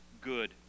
good